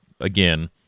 again